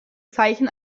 zeichen